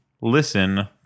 Listen